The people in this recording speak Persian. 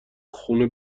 خونه